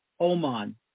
Oman